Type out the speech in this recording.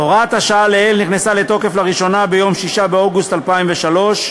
הוראת השעה לעיל נכנסה לתוקף לראשונה ביום 6 באוגוסט 2003,